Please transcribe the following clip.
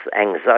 anxiety